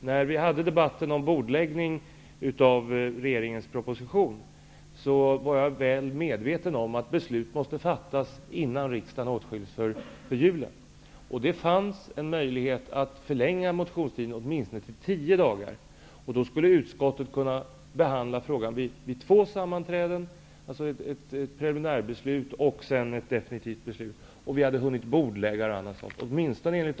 Herr talman! I den debatt som föregick remitteringen till utskottet av denna proposition var jag väl medveten om att beslutet måste fattas innan riksdagen åtskildes för julen. Det fanns en möjlighet att förlänga motionstiden åtminstone till tio dagar. Utskottet skulle då ha haft möjlighet att behandla propositionen vid två tillfällen för att först fatta ett preliminärbeslut och sedan ett definitivt beslut, och vi skulle också ha haft tid att bordlägga utskottets betänkande.